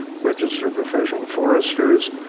registered professional foresters,